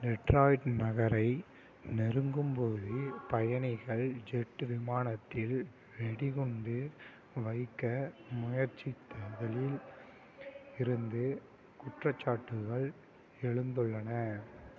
Detroit நகரை நெருங்கும் போது பயணிகள் ஜெட் விமானத்தில் வெடிகுண்டு வைக்க முயற்சித்ததில் இருந்து குற்றச்சாட்டுகள் எழுந்துள்ளன